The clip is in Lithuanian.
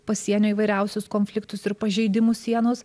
pasienio įvairiausius konfliktus ir pažeidimus sienos